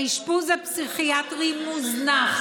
האשפוז הפסיכיאטרי מוזנח.